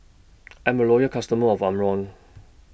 I'm A Loyal customer of Omron